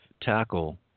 tackle